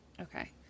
Okay